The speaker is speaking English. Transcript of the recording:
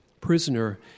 prisoner